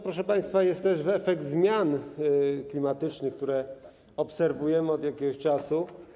Proszę państwa, jest też efekt zmian klimatycznych, które obserwujemy od jakiegoś czasu.